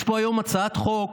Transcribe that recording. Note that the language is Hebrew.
יש פה היום הצעת חוק